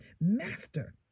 Master